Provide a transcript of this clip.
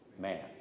Man